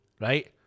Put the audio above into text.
right